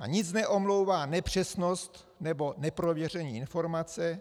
A nic neomlouvá nepřesnost nebo neprověření informace.